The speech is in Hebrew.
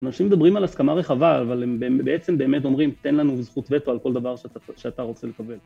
אנשים מדברים על הסכמה רחבה, אבל הם בעצם באמת אומרים, תן לנו זכות וטו על כל דבר שאתה רוצה לקבל.